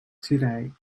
today